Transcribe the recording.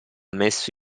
messo